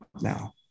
now